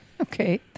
Okay